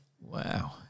Wow